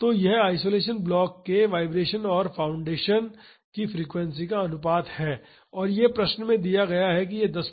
तो यह isolation block के वाइब्रेशन और फाउंडेशन की फ्रीक्वेंसी का अनुपात है और यह प्रश्न में दिया गया है कि यह 10 प्रतिशत होना चाहिए जो कि 01 है